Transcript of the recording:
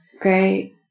Great